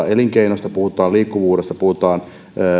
elinkeinosta puhutaan liikkuvuudesta puhutaan